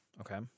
Okay